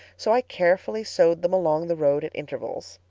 so i carefully sowed them along the road at intervals.